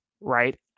right